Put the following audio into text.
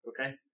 okay